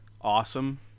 awesome